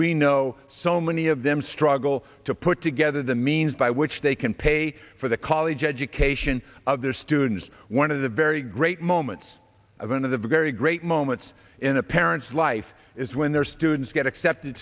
we know so many of them struggle to put together the means by which they can pay for the college education of their students one of the very great moments of an of the very great moments in a parent's life is when their students get accepted